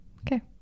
Okay